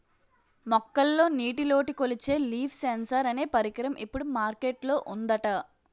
మొక్కల్లో నీటిలోటు కొలిచే లీఫ్ సెన్సార్ అనే పరికరం ఇప్పుడు మార్కెట్ లో ఉందట